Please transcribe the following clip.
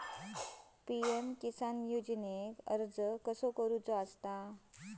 PM Kisan योजनेक अर्ज कसो करायचो?